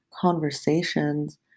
conversations